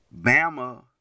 Bama